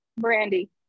Brandy